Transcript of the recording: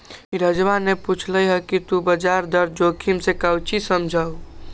नीरजवा ने पूछल कई कि तू ब्याज दर जोखिम से काउची समझा हुँ?